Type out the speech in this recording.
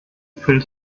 fell